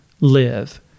live